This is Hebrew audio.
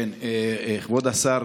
כבוד השר,